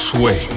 Sway